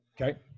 Okay